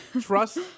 Trust